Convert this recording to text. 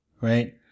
Right